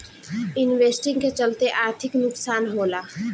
investing के चलते आर्थिक नुकसान होला